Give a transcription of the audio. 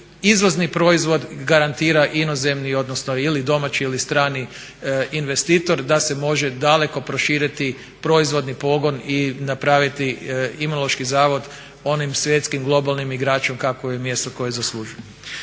izvozni proizvod garantira inozemni odnosno ili domaći ili strani investitor da se može daleko proširiti proizvodni pogon i napraviti imunološki zavod onim svjetskim globalnim igračem kakvo je mjesto koje zaslužuje.